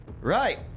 Right